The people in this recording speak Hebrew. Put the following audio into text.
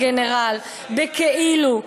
הגנרל-בכאילו,